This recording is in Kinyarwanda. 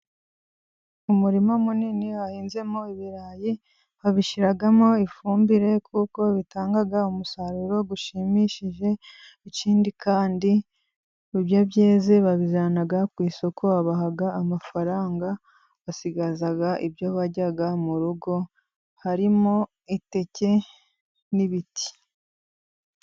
Umurima munini wahinzemo ibirayi babishyiramo ifumbire kuko bitanga umusaruro ushimishije. Ikindi kandi ibyo byeze babijyana ku isoko babaha amafaranga basigaza ibyo barya mu rugo harimo iteke, n'ibiti.